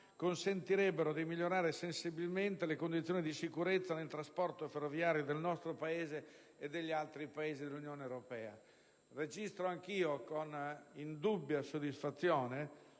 consentirebbero di migliorare sensibilmente le condizioni di sicurezza nel trasporto ferroviario del nostro Paese e degli altri Paesi dell'Unione europea. Registro anch'io, con indubbia soddisfazione